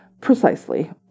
precisely